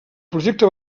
projecte